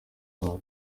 rwanda